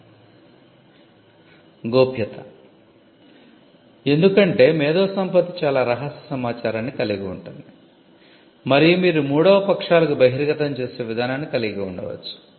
గోప్యత ఎందుకంటే మేధోసంపత్తి చాలా రహస్య సమాచారాన్ని కలిగి ఉంటుంది మరియు మీరు మూడవ పక్షాలకు బహిర్గతం చేసే విధానాన్ని కలిగి ఉండవచ్చు